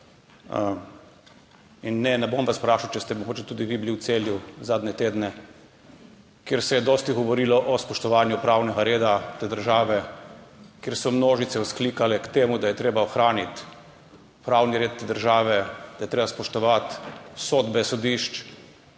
in ne, ne bom vas vprašal, če ste mogoče tudi vi bili v Celju zadnje tedne, kjer se je dosti govorilo o spoštovanju pravnega reda te države, kjer so množice vzklikale k temu, da je treba ohraniti pravni red te države, da je treba spoštovati sodbe sodišč,